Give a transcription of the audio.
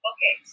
Okay